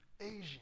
Asian